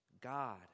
God